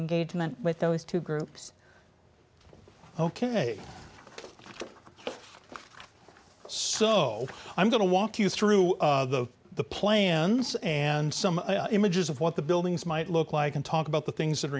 engagement with those two groups ok so i'm going to walk you through the plans and some images of what the buildings might look like and talk about the things that are